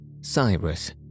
Cyrus